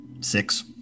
Six